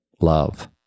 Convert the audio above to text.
love